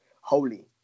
holy